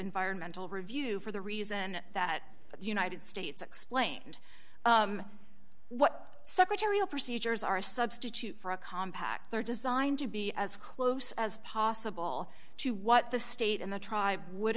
environmental review for the reason that the united states explained what secretarial procedures are a substitute for a compact they're designed to be as close as possible to what the state and the tribe would